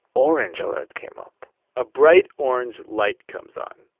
orange alert came up a bright orange light comes on,